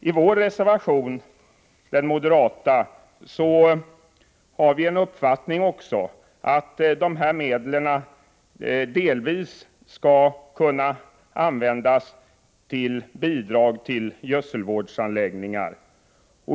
I vår reservation framför vi uppfattningen att dessa medel delvis skall kunna användas som bidrag till gödselvårdsanläggningar.